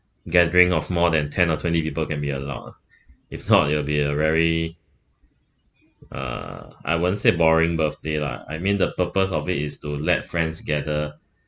gathering of more than ten or twenty people can be allowed ah if not it will be a very uh I won't said boring birthday lah I mean the purpose of it is to let friends gather